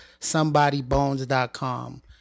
somebodybones.com